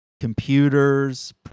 computers